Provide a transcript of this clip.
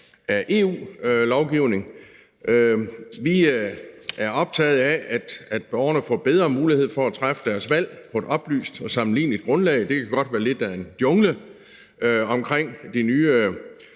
af EU-lovgivning. Vi er optaget af, at borgerne får bedre mulighed for at træffe deres valg på et oplyst og sammenligneligt grundlag, det kan godt være lidt af en jungle, omkring de nye